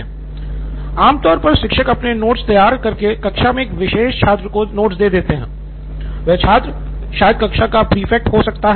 नितिन कुरियन आम तौर पर शिक्षक अपने नोट्स तैयार करके कक्षा में एक विशेष छात्र को नोट्स देते है वह छात्र शायद कक्षा का प्रीफेक्ट हो सकता है